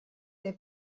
der